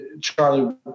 Charlie